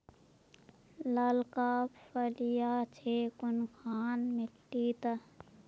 लालका फलिया छै कुनखान मिट्टी त?